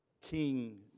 King